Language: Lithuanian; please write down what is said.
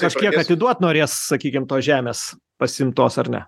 kažkiek atiduot norės sakykim tos žemės pasiimtos ar ne